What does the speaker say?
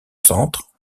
centre